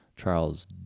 Charles